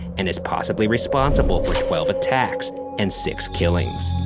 and is possibly responsible for twelve attacks and six killings.